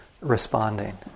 responding